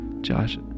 Josh